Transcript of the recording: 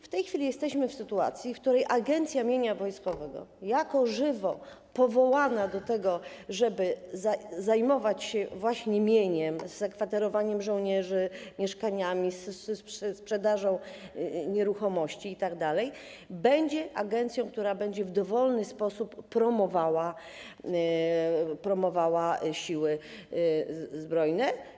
W tej chwili jesteśmy w sytuacji, w której Agencja Mienia Wojskowego jako żywo powołana do tego, żeby zajmować się właśnie mieniem, zakwaterowaniem żołnierzy, mieszkaniami, sprzedażą nieruchomości itd., będzie agencją, która będzie w dowolny sposób promowała Siły Zbrojne.